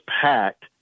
packed